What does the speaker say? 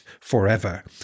forever